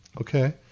Okay